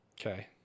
Okay